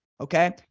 okay